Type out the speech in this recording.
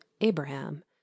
Abraham